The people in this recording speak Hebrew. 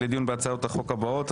הצעת חוק הדרכונים (תיקון מס' 10),